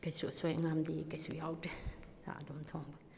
ꯀꯩꯁꯨ ꯑꯁꯣꯏ ꯑꯉꯥꯝꯗꯤ ꯀꯩꯁꯨ ꯌꯥꯎꯗ꯭ꯔꯦ ꯆꯥꯛ ꯑꯗꯨꯝ ꯊꯣꯡꯕꯒꯤ